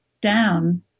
down